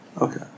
Okay